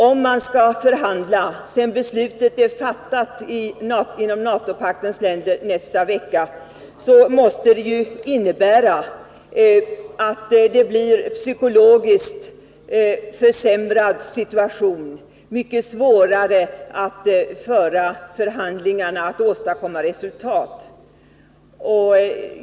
Om man skall förhandla sedan beslutet inom NATO nästa vecka är fattat, måste det ske i en psykologiskt försämrad situation. Det blir då mycket svårare att åstadkomma resultat.